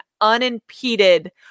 unimpeded